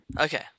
Okay